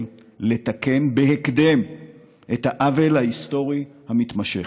לתקן בהקדם את העוול ההיסטורי המתמשך.